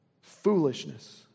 Foolishness